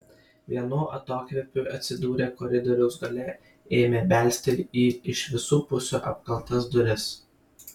vienu atokvėpiu atsidūrę koridoriaus gale ėmė belsti į iš visų pusių apkaltas duris